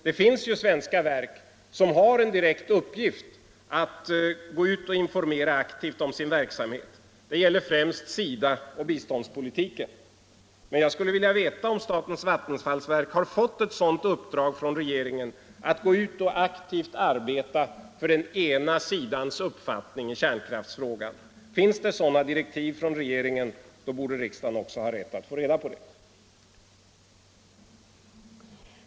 Det finns ju svenska verk som har som direkt uppgift att gå ut och informera aktivt om sin verksamhet. Det gäller främst SIDA och biståndspolitiken. Men jag skulle vilja veta om statens vattenfallsverk har fått i uppdrag från regeringen att aktivt verka för den ena sidans uppfattning i kärnkraftsfrågan. Finns det sådana direktiv från regeringen, borde riksdagen också ha rätt att få reda på det.